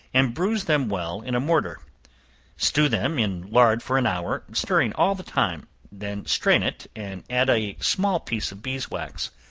and bruise them well in a mortar stew them in lard for an hour, stirring all the time then strain it, and add a small piece of beeswax.